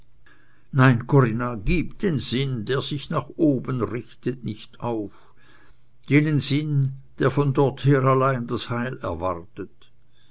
nein corinna gib den sinn der sich nach oben richtet nicht auf jenen sinn der von dorther allein das heil erwartet